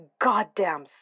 goddamn